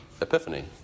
epiphany